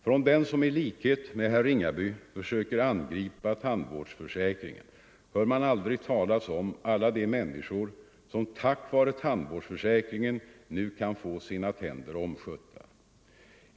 Från dem som i likhet med herr Ringaby försöker angripa tandvårdsförsäkringen hör man aldrig talas om alla de människor som tack vare tandvårdsförsäkringen nu kan få sina tänder omskötta.